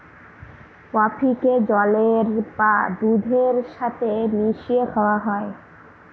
কফিকে জলের বা দুধের সাথে মিশিয়ে খাওয়া হয়